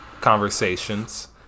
conversations